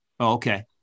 Okay